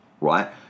Right